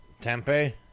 Tempe